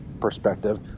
perspective